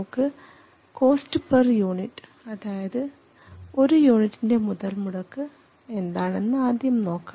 നമുക്ക് cost per unit അതായത് ഒരു യൂണിറ്റിൻറെ മുതൽമുടക്ക് എന്താണെന്ന് ആദ്യം നോക്കാം